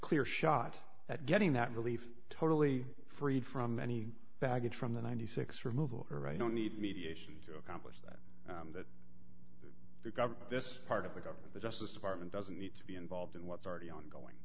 clear shot at getting that relief totally freed from any baggage from the ninety six removal or i don't need mediation to accomplish that that the government this is part of the government the justice department doesn't need to be involved in what's already ongoing